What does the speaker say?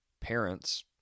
parents